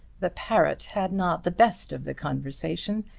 the parrot had not the best of the conversation,